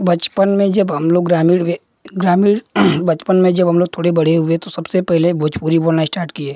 बचपन में जब हम लोग ग्रामीण ग्रामीण बचपन में जब हम लोग थोड़े बड़े हुए तो सबसे पहले भोजपुरी बोलना इस्टार्ट किए